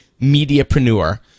mediapreneur